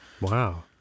Wow